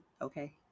okay